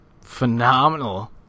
Phenomenal